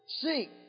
seek